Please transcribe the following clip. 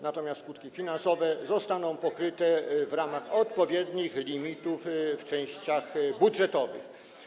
natomiast skutki finansowe zostaną pokryte w ramach odpowiednich limitów w częściach budżetowych.